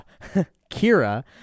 Kira